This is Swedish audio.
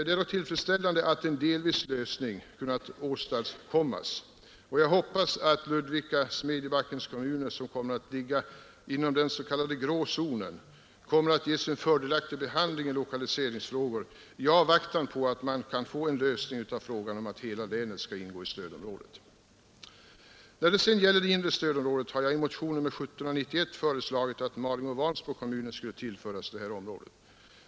Det är dock tillfredsställande att en dellösning kunnat åstadkommas, och jag hoppas att Ludvika och Smedjebackens kommuner, som kommer att ligga inom den s.k. grå zonen, kommer att ges en fördelaktig behandling i lokaliseringsfrågor i avvaktan på en lösning så att hela länet kommer att ingå i stödområdet. När det sedan gäller det inre stödområdet har jag i motionen 1791 föreslagit att Malungs och Vansbro kommuner skulle tillföras stödområdet.